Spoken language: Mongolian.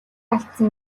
алдсан